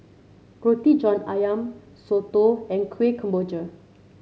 Roti John ayam soto and Kueh Kemboja